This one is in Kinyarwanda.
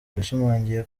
yashimangiye